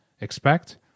expect